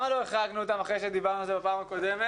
למה לא החרגנו אותם אחרי שדיברנו על זה בפעם הקודמת?